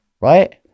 Right